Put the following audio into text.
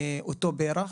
את אותו פרח,